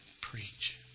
preach